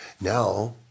Now